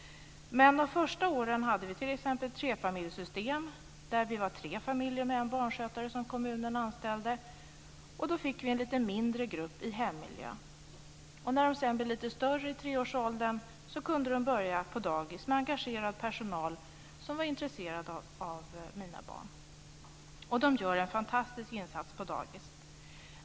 Men de första åren hade vi ett trefamiljssystem. Vi var tre familjer med en barnskötare som kommunen anställde. Då fick vi en lite mindre grupp i hemmiljö. När mina barn sedan blev lite större, i treårsåldern, kunde de börja på dagis med engagerad personal som var intresserad av dem. De gör en fantastisk insats på dagis.